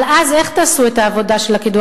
אבל אז, איך תעשו את העבודה של הקידוח?